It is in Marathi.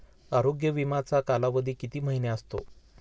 आरोग्य विमाचा कालावधी किती महिने असतो?